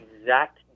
exact